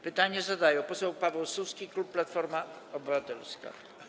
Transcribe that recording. Pytanie zadaje poseł Paweł Suski, klub Platforma Obywatelska.